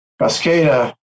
Cascada